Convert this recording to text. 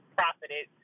profited